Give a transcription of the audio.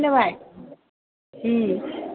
खोनाबाय